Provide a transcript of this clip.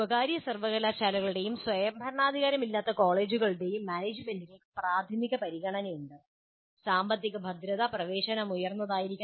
സ്വകാര്യ സർവ്വകലാശാലകളുടെയും സ്വയംഭരണാധികാരമില്ലാത്ത കോളേജുകളുടെയും മാനേജ്മെൻറുകൾക്ക് പ്രാഥമിക പരിഗണനയുണ്ട് സാമ്പത്തിക ഭദ്രത പ്രവേശനം ഉയർന്നതായിരിക്കണം